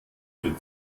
für